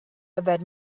yfed